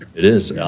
it is.